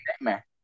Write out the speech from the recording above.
nightmare